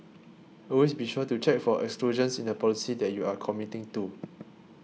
always be sure to check for exclusions in the policy that you are committing to